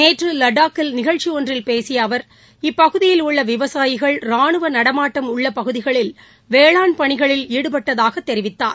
நேற்று லடாக்கில் நிகழ்ச்சி ஒன்றில் பேசிய அவா் இப்பகுதியில் உள்ள விவசாயிகள் ராணுவ நடமாட்டம் உள்ள பகுதிகளில் வேளாண் பணிகளில் ஈடுபட்டதாகத் தெரிவித்தார்